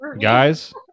Guys